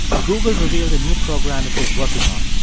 google revealed a new program it was working on.